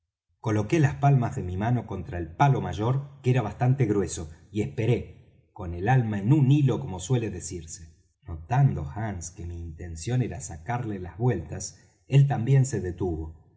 coloqué las palmas de mis manos contra el palo mayor que era bastante grueso y esperé con el alma en un hilo como suele decirse notando hands que mi intención era sacarle las vueltas él también se detuvo